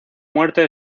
muerte